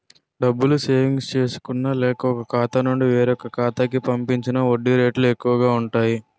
డబ్బులు సేవింగ్స్ చేసుకున్న లేక, ఒక ఖాతా నుండి వేరొక ఖాతా కి పంపించిన వడ్డీ రేట్లు ఎక్కువు గా ఉంటాయి